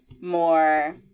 more